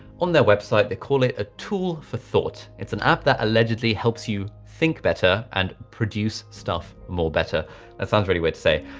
on their website they call it a tool for thought it's an app that allegedly helps you think better and produce stuff more better. that ah sounds really weird to say,